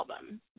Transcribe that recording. album